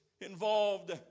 involved